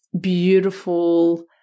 beautiful